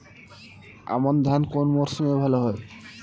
আমন ধান কোন মরশুমে ভাল হয়?